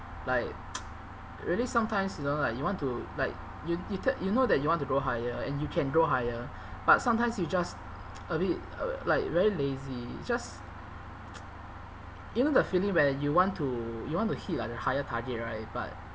like really sometimes you know like you want to like you you t~ you know that you want to grow higher and you can grow higher but sometimes you just a bit like very lazy just you know the feeling when you want to you want to hit like the higher target right but